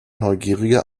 neugierige